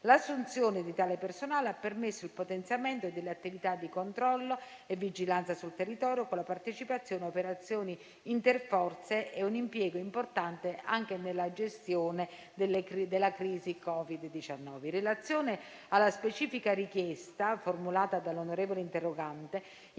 L'assunzione di tale personale ha permesso il potenziamento delle attività di controllo e vigilanza sul territorio, con la partecipazione a operazioni interforze e un impiego importante anche nella gestione della crisi Covid-19. In relazione alla specifica richiesta formulata dall'onorevole interrogante,